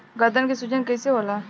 गर्दन के सूजन कईसे होला?